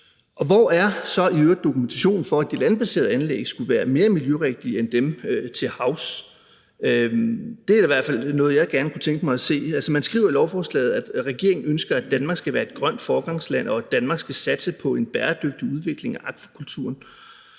øvrigt dokumentationen for, at de landbaserede anlæg skulle være mere miljørigtige end dem til havs? Det er da i hvert fald noget, jeg godt kunne tænke mig at se. Man skriver i lovforslaget, at regeringen ønsker, at Danmark skal være et grønt foregangsland, og at Danmark skal satse på en bæredygtig udvikling af akvakulturen.